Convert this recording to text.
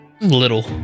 Little